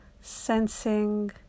sensing